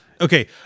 Okay